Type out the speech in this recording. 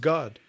God